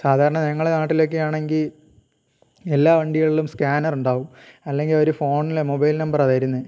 സാധാരണ ഞങ്ങളെ നാട്ടിലൊക്കെ ആണെങ്കിൽ എല്ലാ വണ്ടികളിലും സ്കാനർ ഉണ്ടാവും അല്ലെങ്കിൽ അവർ ഫോണിലാണ് മൊബൈൽ നമ്പർ ആണ് തരുന്നത്